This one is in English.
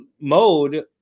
mode